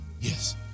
Yes